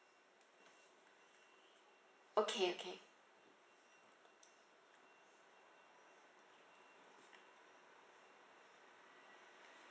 okay okay